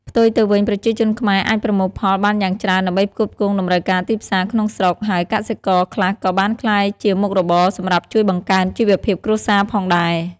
ផ្ទុយទៅវិញ ប្រជាជនខ្មែរអាចប្រមូលផលបានយ៉ាងច្រើនដើម្បីផ្គត់ផ្គង់តម្រូវការទីផ្សារក្នុងស្រុក ហើយកសិករខ្លះក៏បានក្លាយជាមុខរបរសម្រាប់ជួយបង្កើនជីវភាពគ្រួសារផងដែរ។